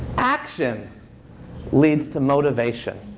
action leads to motivation.